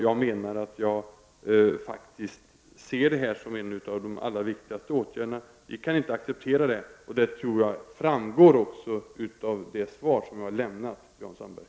Jag ser faktiskt detta som en av de allra viktigaste åtgärderna som måste vidtas. Vi kan inte acceptera utvecklingen, och jag tror också att det framgår av det svar som jag har lämnat Jan Sandberg.